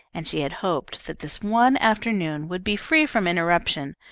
and she had hoped that this one afternoon would be free from interruption,